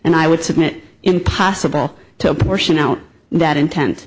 and i would submit impossible to apportion out that inten